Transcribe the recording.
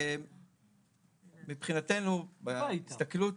מבחינתנו בהסתכלות